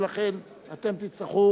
ולכן אתם תצטרכו,